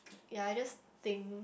ya I just think